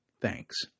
thanks